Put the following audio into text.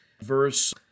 verse